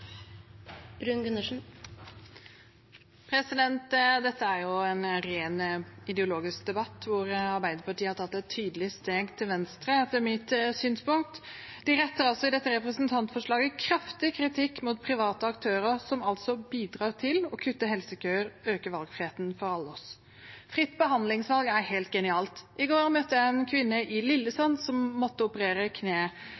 en rent ideologisk debatt hvor Arbeiderpartiet har tatt et tydelig steg til venstre, etter mitt synspunkt. De retter i dette representantforslaget kraftig kritikk mot private aktører, som altså bidrar til å kutte helsekøer og øke valgfriheten for oss alle. Fritt behandlingsvalg er helt genialt. I går møtte jeg en kvinne i